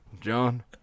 John